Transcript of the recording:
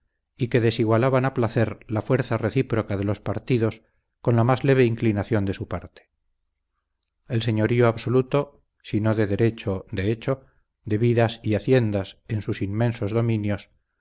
y que desigualaban a placer la fuerza recíproca de los partidos con la más leve inclinación de su parte el señorío absoluto si no de derecho de hecho de vidas y haciendas en sus inmensos dominios